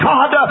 God